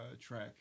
track